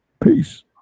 peace